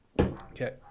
Okay